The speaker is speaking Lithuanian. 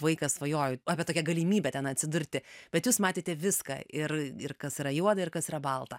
vaikas svajoju apie tokią galimybę ten atsidurti bet jūs matėte viską ir ir kas yra juoda ir kas yra balta